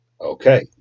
Okay